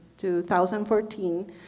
2014